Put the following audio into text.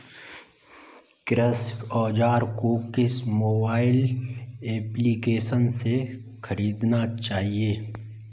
कृषि औज़ार को किस मोबाइल एप्पलीकेशन से ख़रीदना चाहिए?